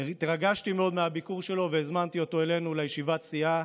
התרגשתי מאוד מהביקור שלו והזמנתי אותו אלינו לישיבת הסיעה,